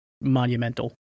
monumental